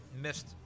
missed